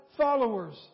followers